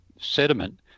sediment